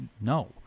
No